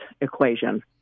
equation